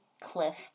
cliff